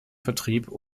vertrieb